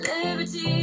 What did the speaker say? Liberty